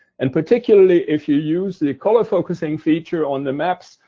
and particularly if you use the color focusing feature on the maps,